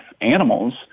animals